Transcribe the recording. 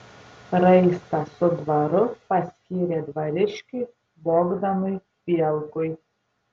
raistą su dvaru paskyrė dvariškiui bogdanui bielkui